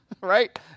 right